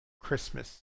christmas